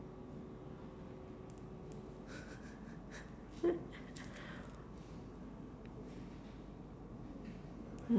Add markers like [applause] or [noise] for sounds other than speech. [laughs]